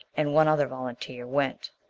and one other volunteer, went.